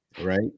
right